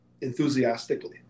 enthusiastically